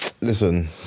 Listen